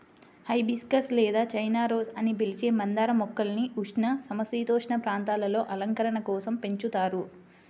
hibiscus లేదా China rose అని పిలిచే మందార మొక్కల్ని ఉష్ణ, సమసీతోష్ణ ప్రాంతాలలో అలంకరణ కోసం పెంచుతారు